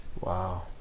Wow